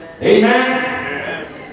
Amen